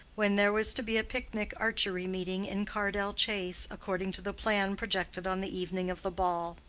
when there was to be a picnic archery meeting in cardell chase, according to the plan projected on the evening of the ball.